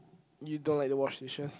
you don't like to wash dishes